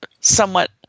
somewhat